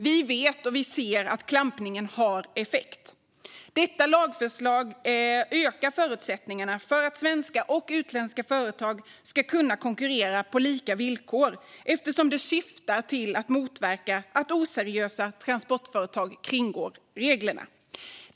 Vi vet och vi ser att klampningen har effekt. Detta lagförslag ökar förutsättningarna för att svenska och utländska företag ska kunna konkurrera på lika villkor, eftersom det syftar till att motverka att oseriösa transportföretag kringgår reglerna.